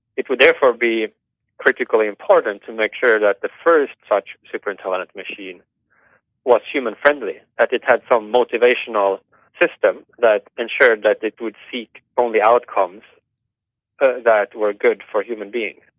it would therefore be critically important to make sure that the first such super intelligent machine was human-friendly, that it had some motivational system that ensured that it would seek only outcomes ah that were good for human beings.